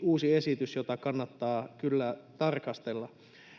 uusi esitys, jota kannattaa kyllä tarkastella.